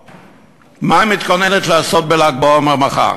מה היא מתכוננת לעשות בל"ג בעומר מחר.